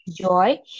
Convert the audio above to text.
joy